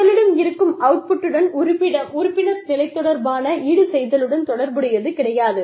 உங்களிடம் இருக்கும் அவுட்புட்டுடன் உறுப்பினர் நிலை தொடர்பான ஈடுசெய்தலுடன் தொடர்புடையது கிடையாது